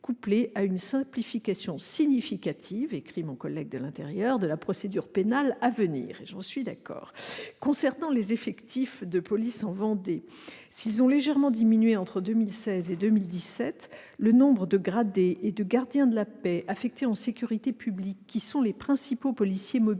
couplées à une simplification significative, écrit mon collègue de l'Intérieur, de la procédure pénale à venir- j'en suis d'accord. Si les effectifs de police en Vendée ont légèrement diminué entre 2016 et 2017, le nombre de gradés et de gardiens de la paix affectés en sécurité publique- ce sont les principaux policiers mobilisés